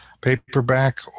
paperback